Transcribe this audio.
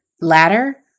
ladder